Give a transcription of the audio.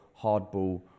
hardball